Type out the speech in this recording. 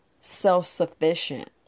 self-sufficient